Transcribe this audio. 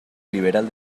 liberal